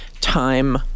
time